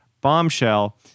bombshell